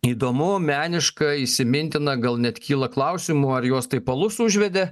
įdomu meniška įsimintina gal net kyla klausimų ar juos taip alus užvedė